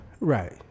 Right